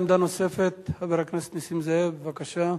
עמדה נוספת, חבר הכנסת נסים זאב, בבקשה.